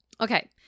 Okay